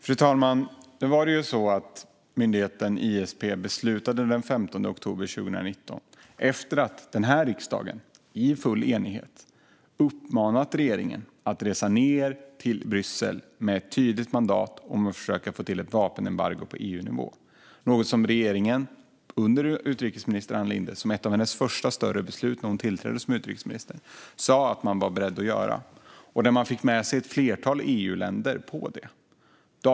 Fru talman! Nu var det så att myndigheten ISP fattade beslut den 15 oktober 2019. Det var efter att riksdagen i full enighet uppmanat regeringen att resa ned till Bryssel med ett tydligt mandat om att försöka få till ett vapenembargo på EU-nivå. Det är något som regeringen under utrikesminister Ann Linde, som ett av hennes första större beslut när hon tillträdde som utrikesminister, sa att man var beredd att göra. Man fick med sig ett flertal EU-länder för det.